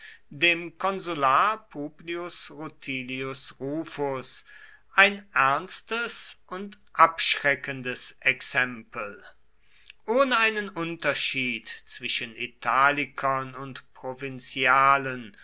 dem konsular publius rutilius rufus ein ernstes und abschreckendes exempel ohne einen unterschied zwischen italikern und